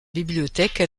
bibliothèque